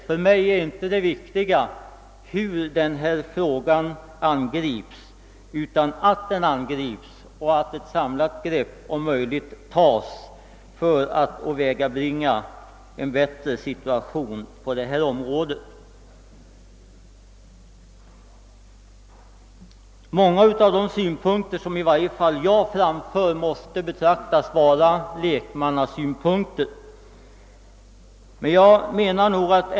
För mig är inte det viktiga hur denna fråga angrips utan att den angrips och att ett samlat grepp om möjligt tas för att åvägabringa en bättre situation på detta område. Många av de synpunkter som i varje fall jag har anfört måste betraktas som lekmannamässiga.